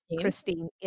Christine